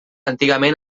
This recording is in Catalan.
antigament